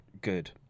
good